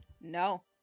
no